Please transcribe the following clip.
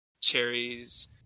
cherries